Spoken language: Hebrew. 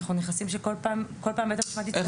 כל פעם בית המשפט יצטרך ---?